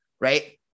right